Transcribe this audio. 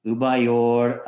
Ubayor